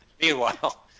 Meanwhile